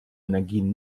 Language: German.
energien